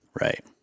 Right